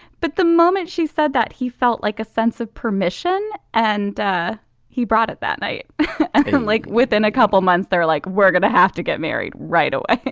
but the moment she said that he felt like a sense of permission and he brought it that night. felt like within a couple months they're like we're going to have to get married right away